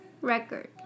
record